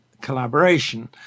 collaboration